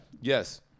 Yes